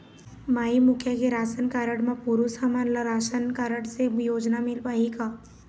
माई मुखिया के ration card म पुरुष हमन ला राशन कारड से योजना मिल पाही का?